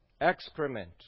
excrement